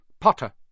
Potter